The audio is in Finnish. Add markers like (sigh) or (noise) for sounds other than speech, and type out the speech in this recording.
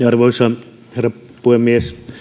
(unintelligible) arvoisa herra puhemies